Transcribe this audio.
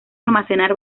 almacenar